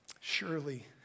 Surely